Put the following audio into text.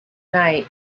night